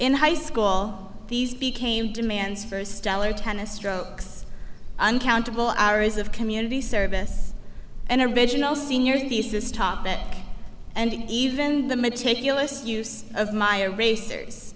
in high school these became demands for stellar tennis strokes uncountable hours of community service and original senior thesis topic and even the meticulous use of my racers